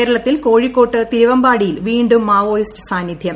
കേരളത്തിൽ കോഴിക്കോട്ട് തിരുവമ്പാടിയിൽ വീണ്ടും പ മാവോയിസ്റ്റ് സാന്നിധ്യം